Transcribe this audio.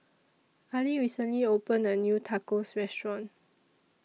Aili recently opened A New Tacos Restaurant